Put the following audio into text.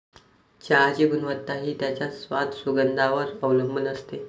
चहाची गुणवत्ता हि त्याच्या स्वाद, सुगंधावर वर अवलंबुन असते